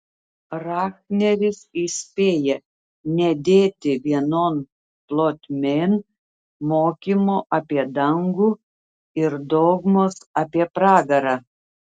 rahneris įspėja nedėti vienon plotmėn mokymo apie dangų ir dogmos apie pragarą